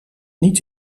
niet